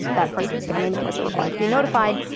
that person's family members are required to be notified,